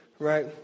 Right